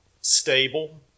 stable